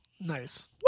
Nice